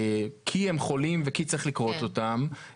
כי הם חולים וכי צריך לכרות אותם,